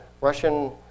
Russian